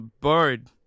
Bird